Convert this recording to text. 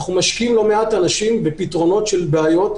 אנחנו משקיעים לא מעט אנשים בפתרונות של בעיות.